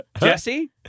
Jesse